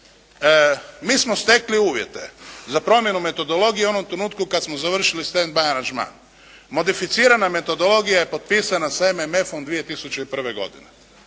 Mi smo stekli uvjete za promjenu metodologije u onom trenutku kada smo završili stand by aranžman. Modificirana metodologija je potpisana sa MMF-om 2001. godine.